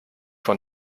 von